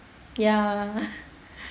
ya